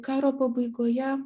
karo pabaigoje